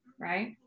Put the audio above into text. right